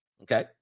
Okay